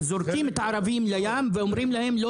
זורקים את הערבים לים ואומרים להם לא